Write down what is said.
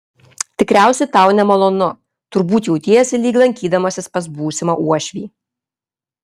tikriausiai tau nemalonu turbūt jautiesi lyg lankydamasis pas būsimą uošvį